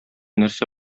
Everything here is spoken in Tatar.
нәрсә